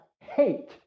hate